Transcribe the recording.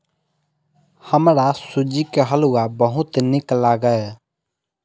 हमरा सूजी के हलुआ बहुत नीक लागैए